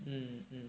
mm mm